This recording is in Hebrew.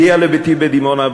הגיע לביתי בדימונה,